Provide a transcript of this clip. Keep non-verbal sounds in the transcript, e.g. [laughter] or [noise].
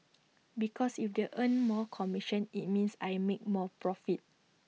because if they earn [noise] more commission IT means I make more profit